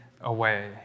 away